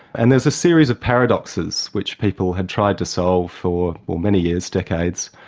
and there's a series of paradoxes which people had tried to solve for many years, decades,